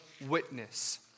witness